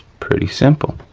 pretty simple,